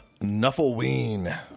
Nuffleween